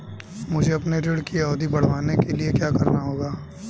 मुझे अपने ऋण की अवधि बढ़वाने के लिए क्या करना होगा?